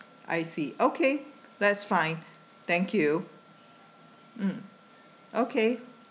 I see okay that's fine thank you mm okay